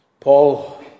Paul